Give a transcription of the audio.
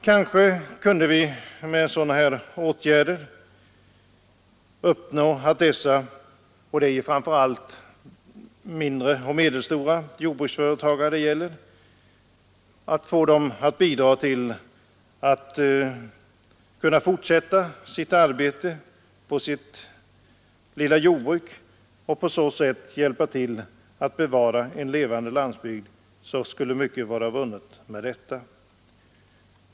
Kunde vi med en sådan åtgärd få mindre och medelstora jordbruksföretagare att fortsätta sitt arbete och på så sätt hjälpa till att bevara en levande landsbygd, så skulle mycket vara vunnet.